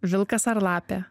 vilkas ar lapė